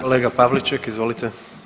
Kolega Pavliček, izvolite.